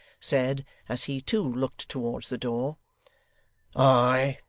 said, as he too looked towards the door ay,